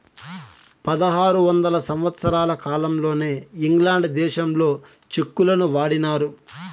పదహారు వందల సంవత్సరాల కాలంలోనే ఇంగ్లాండ్ దేశంలో చెక్కులను వాడినారు